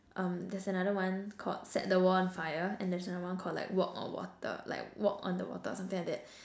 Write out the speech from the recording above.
um there's another one called set the world on fire and there's another one called like walk the water like walk on the water or something like that